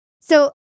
So-